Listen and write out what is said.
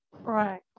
Right